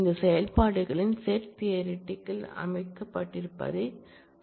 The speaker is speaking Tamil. இந்த செயல்பாடுகள் செட் தியரிட்டிக் ல் அமைக்கப்பட்டிருப்பதைக் கண்டோம்